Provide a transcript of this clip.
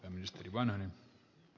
arvoisa puhemies